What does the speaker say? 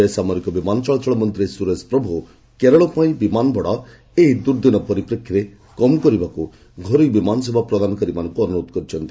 ବେସାମରିକ ବିମାନ ଚଳାଚଳ ମନ୍ତ୍ରୀ ସ୍ତରେଶ ପ୍ରଭ୍ କେରଳ ପାଇଁ ବିମାନ ଭଡ଼ା ଏହି ଦୁର୍ଦ୍ଦିନକୁ ଆଖିଆଗରେ ରଖି କମ୍ କରିବାକୁ ଘରୋଇ ବିମାନ ସେବା ପ୍ରଦାନକାରୀମାନଙ୍କୁ ଅନୁରୋଧ କରିଛନ୍ତି